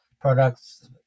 Products